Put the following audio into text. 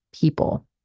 people